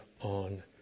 on